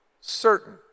Certain